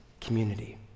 community